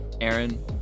Aaron